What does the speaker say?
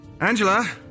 Angela